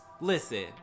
Listen